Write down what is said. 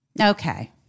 okay